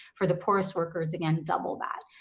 for the poorest workers, again, double that.